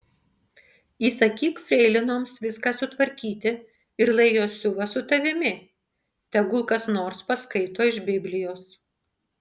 įsakyk freilinoms viską sutvarkyti ir lai jos siuva su tavimi tegul kas nors paskaito iš biblijos